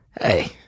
Hey